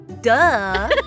duh